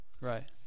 Right